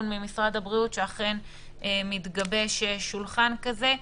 ממשרד הבריאות שאכן מתגבש שולחן כזה.